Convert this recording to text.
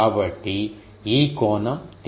కాబట్టి ఈ కోణం తీటా